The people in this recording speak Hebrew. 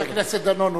חבר הכנסת דנון,